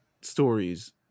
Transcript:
stories